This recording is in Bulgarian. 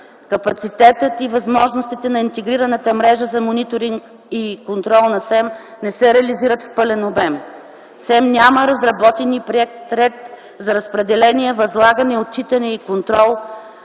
Капацитетът и възможностите на интегрираната мрежа за мониторинг и контрол на СЕМ не се реализират в пълен обем. Съветът за електронни медии няма разработен и приет ред за разпределение, възлагане, отчитане и контрол